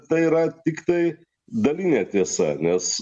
tai yra tiktai dalinė tiesa nes